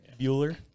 Bueller